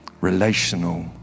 relational